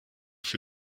für